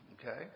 okay